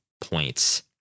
points